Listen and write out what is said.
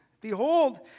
behold